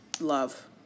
love